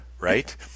right